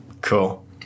Cool